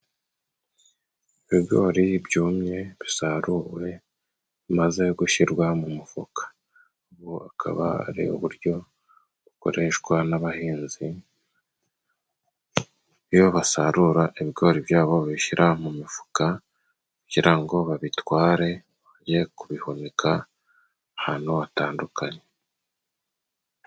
Ibigori byumye bisaruwe bimaze gushirwa mu mufuka. Ubu akaba ari uburyo bukoreshwa n'abahinzi, iyo basarura ibigori byabo, bishira mu mifuka kugira ngo babitware bajye kubihunika ahantu hatandukanye.